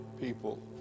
people